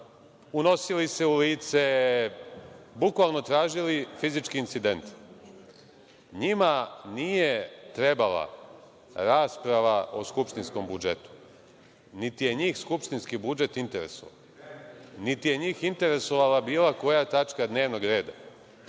unosili se u lice, bukvalno tražili fizički incident. NJima nije trebala rasprava o skupštinskom budžetu, niti je njih skupštinski budžet interesovao, niti je njih interesovala tačka dnevnog reda.